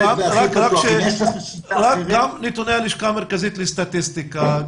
גם נתוני הלשכה המרכזית לסטטיסטיקה,